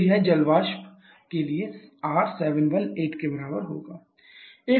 तो यह जल वाष्प के लिए R718 के बराबर होगा